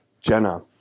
Jenna